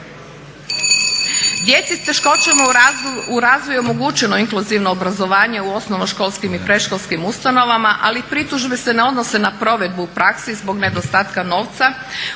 Djeci s teškoćama u razvoju omogućeno je inkluzivno obrazovanje u osnovnoškolskim i predškolskim ustanovama, ali pritužbe se ne odnose na provedbu u praksi zbog nedostatka novca,